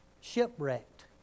Shipwrecked